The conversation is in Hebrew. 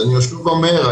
אני שוב אומר,